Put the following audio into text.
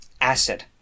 acid